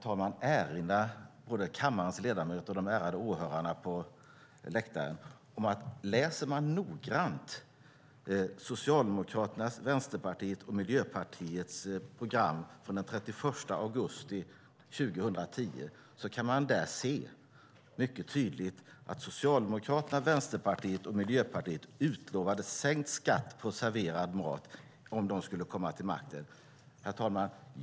Låt mig erinra kammarens ledamöter och de ärade åhörarna på läktaren om att man i Socialdemokraternas, Vänsterpartiets och Miljöpartiets program från den 31 augusti 2010 tydligt kan läsa att Socialdemokraterna, Vänsterpartiet och Miljöpartiet utlovade sänkt skatt på serverad mat om de kom till makten. Herr talman!